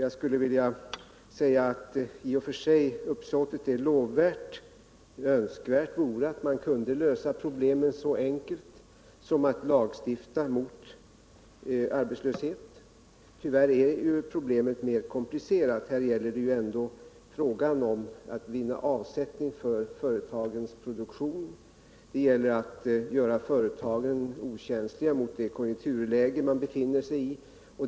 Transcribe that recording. Uppsåtet är i och för sig lovvärt, och önskvärt vore att man kunde lösa problemen så enkelt som genom att lagstifta mot arbetslöshet. Tyvärr är problemen mer komplicerade än så. Det är ju ändå fråga om att vinna avsättning för företagens produktion. Det gäller att göra företagen okänsliga mot det konjunkturläge som man befinner sig i.